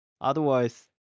Otherwise